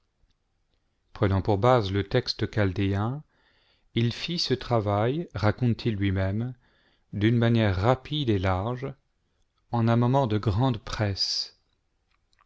prenant pour base le texte chaldéen il fit ce travail raconte-t-il lui-même s d'une manière rapide et large en un moment de grande